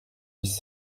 dix